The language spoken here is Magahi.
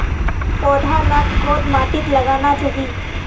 पौधा लाक कोद माटित लगाना चही?